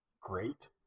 great